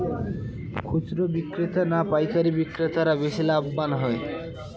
খুচরো বিক্রেতা না পাইকারী বিক্রেতারা বেশি লাভবান হয়?